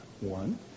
One